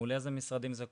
מול איזה משרדים זה כואב,